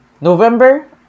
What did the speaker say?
November